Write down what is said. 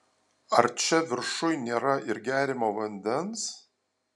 ar čia viršuj nėra ir geriamo vandens